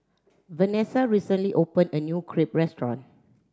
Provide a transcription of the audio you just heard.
Vanesa recently opened a new Crepe Restaurant